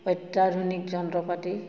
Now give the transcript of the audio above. অত্যাধুনিক যন্ত্ৰপাতি